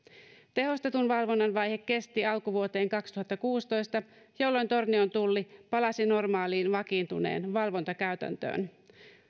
tehostetun valvonnan vaihe kesti alkuvuoteen kaksituhattakuusitoista jolloin tornion tulli palasi normaaliin vakiintuneeseen valvontakäytäntöön